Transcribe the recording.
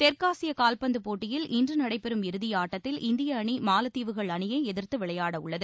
தெற்காசிய கால்பந்து போட்டியில் இன்று நடைபெறும் இறுதியாட்டத்தில் இந்திய அணி மாலத்தீவுகள் அணியை எதிர்த்து விளையாடவுள்ளது